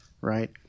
right